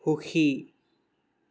সুখী